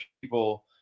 people